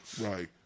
Right